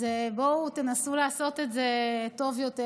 אז בואו, תנסו לעשות את זה טוב יותר,